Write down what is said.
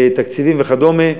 תקציבים וכדומה,